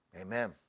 Amen